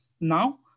Now